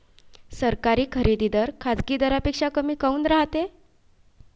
सरकारी खरेदी दर खाजगी दरापेक्षा कमी काऊन रायते?